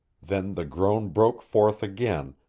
then the groan broke forth again,